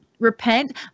Repent